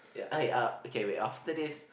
ya I uh okay wait after this